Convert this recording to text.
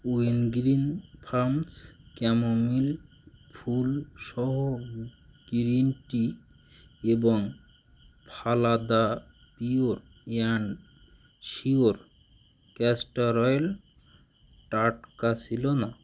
Wingreen Farms chamomile ফুল সহ green tea এবং ফালাদা pure and sure castor oil টাটকা ছিল না